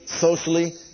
socially